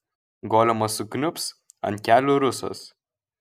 golemas sukniubs ant kelių rusas